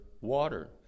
water